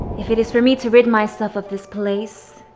if it is for me to rid myself of this place.